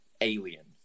alien